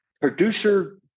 producer